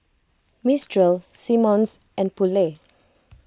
Mistral Simmons and Poulet